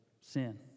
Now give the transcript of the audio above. sin